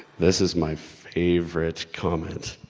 this is my favorite comment!